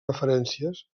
referències